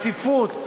הספרות,